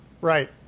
Right